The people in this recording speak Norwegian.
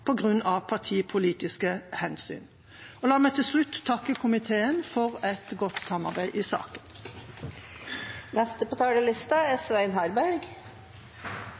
partipolitiske hensyn. Og la meg til slutt takke komiteen for et godt samarbeid i saken.